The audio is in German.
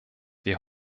wir